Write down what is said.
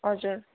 हजुर